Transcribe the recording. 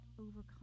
overcome